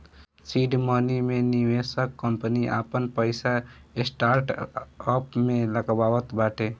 seed money मे निवेशक company आपन पईसा स्टार्टअप में लगावत बाटे